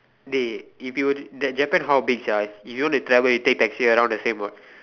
dey if you were to that Japan how big sia if you were to travel you take taxi around the same what